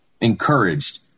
encouraged